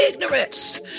ignorance